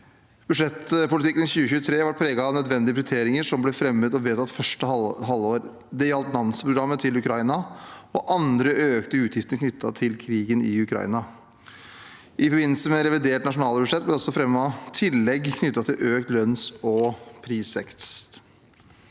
Budsjettpolitikken i 2023 har vært preget av nødvendige prioriteringer som ble fremmet og vedtatt første halvår. Det gjaldt Nansen-programmet til Ukraina og andre økte utgifter knyttet til krigen i Ukraina. I forbindelse med revidert nasjonalbudsjett ble det også fremmet tillegg knyttet til økt lønns- og prisvekst.